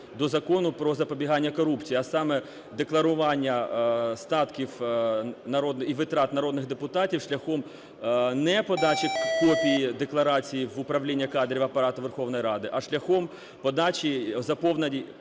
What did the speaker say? до Закону "Про запобігання корупції", а саме декларування статків і витрат народних депутатів шляхом не подачі копії декларації в управління кадрів Апарату Верховної Ради, а шляхом подачі заповнення